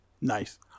Nice